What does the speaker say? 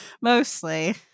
Mostly